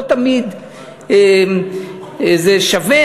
לא תמיד זה שווה,